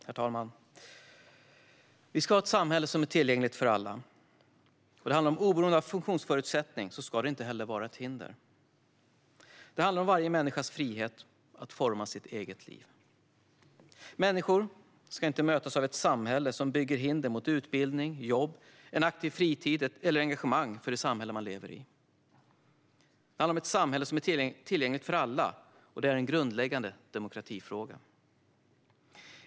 Herr talman! Vi ska ha ett samhälle som är tillgängligt för alla. Oberoende av funktionsförutsättning ska det inte vara ett hinder. Det handlar om varje människas frihet att forma sitt eget liv. Människor ska inte mötas av ett samhälle som bygger hinder mot utbildning, jobb, en aktiv fritid eller engagemang för det samhälle man lever i. Ett samhälle som är tillgängligt för alla är en grundläggande demokratifråga.